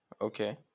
Okay